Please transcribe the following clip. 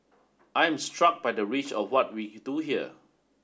I am struck by the reach of what we do here